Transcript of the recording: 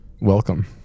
Welcome